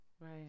right